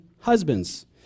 husbands